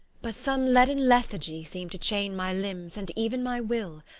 but some leaden lethargy seemed to chain my limbs and even my will.